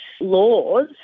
laws